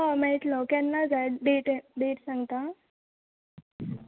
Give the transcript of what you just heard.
हय मेळटलो केन्ना जाय डेट हें डेट सांगता